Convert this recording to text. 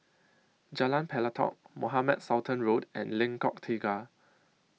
Jalan Pelatok Mohamed Sultan Road and Lengkok Tiga